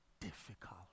difficult